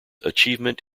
achievement